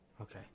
okay